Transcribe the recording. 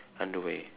underwear